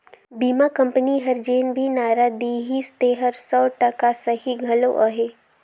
बीमा कंपनी हर जेन भी नारा देहिसे तेहर सौ टका सही घलो अहे